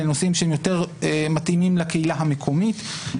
לנושאים שהם יותר מתאימים לקהילה המקומית.